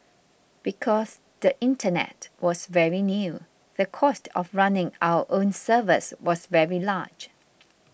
because the internet was very new the cost of running our own servers was very large